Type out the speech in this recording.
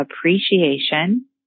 appreciation